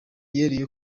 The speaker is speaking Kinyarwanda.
yeruye